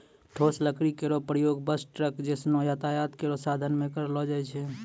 ठोस लकड़ी केरो प्रयोग बस, ट्रक जैसनो यातायात केरो साधन म करलो जाय छै